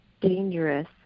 dangerous